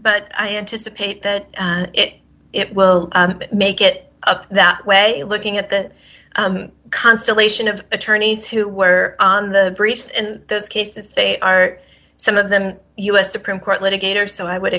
but i anticipate that it will make it up that way looking at the constellation of attorneys who were on the briefs in those cases they are some of them u s supreme court litigator so i would